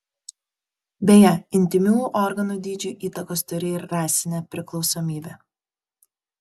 beje intymių organų dydžiui įtakos turi ir rasinė priklausomybė